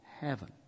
heaven